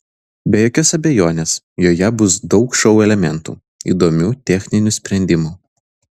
be jokios abejonės joje bus daug šou elementų įdomių techninių sprendimų